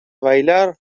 bailar